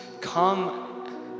come